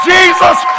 Jesus